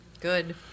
Good